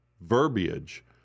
verbiage